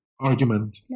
argument